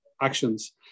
actions